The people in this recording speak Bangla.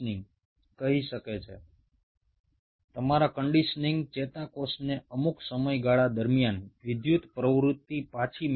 তোমরা নিউরনগুলোকে একটা নির্দিষ্ট সময়সীমা ধরে কন্ডিশনিং করছো যাতে কোষগুলো আবার ইলেক্ট্রিকাল অ্যাক্টিভিটি ফিরে পায়